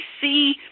see